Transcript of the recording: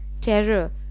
terror